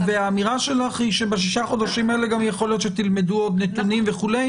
והאמירה שלך היא שבשישה החודשים גם יכול להיות עוד תלמידו נתונים וכו'.